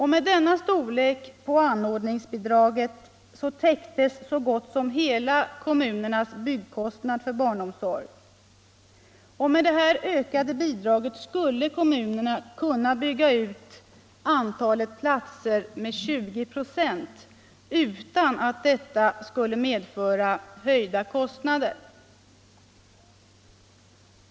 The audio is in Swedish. Med denna storlek på anordningsbidraget täcktes så gott som hela kommunens byggkostnad för barnomsorgen. Med dessa ökade bidrag skulle kommunerna kunna bygga ut antalet platser med 20 96 utan att det medförde höjda kostnader.